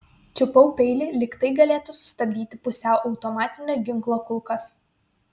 čiupau peilį lyg tai galėtų sustabdyti pusiau automatinio ginklo kulkas